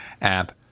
app